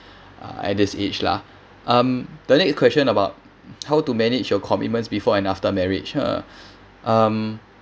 uh at this age lah um the next question about how to manage your commitments before and after marriage uh um